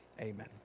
Amen